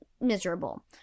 miserable